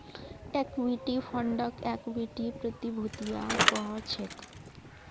equity फंडक equity प्रतिभूतियो कह छेक